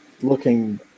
looking